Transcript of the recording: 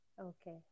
Okay